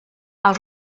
els